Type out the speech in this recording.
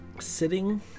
Sitting